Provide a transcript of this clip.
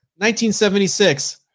1976